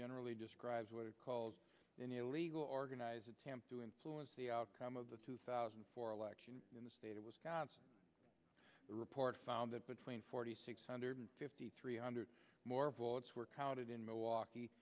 generally describes what it calls any illegal organized attempt to influence the outcome of the two thousand and four election in the state of wisconsin the report found that between forty six hundred fifty three hundred more votes were counted in milwaukee